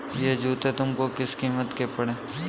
यह जूते तुमको किस कीमत के पड़े?